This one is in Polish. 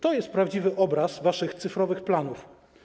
To jest prawdziwy obraz waszych cyfrowych planów.